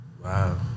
Wow